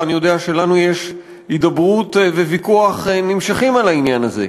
אני יודע שלנו יש הידברות וויכוח נמשכים על העניין הזה.